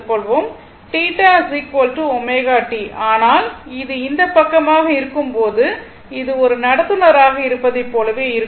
θ ω t ஆனால் இது இந்த பக்கமாக இருக்கும்போது இது ஒரு நடத்துனராக இருப்பதைப் போலவே இருக்கும்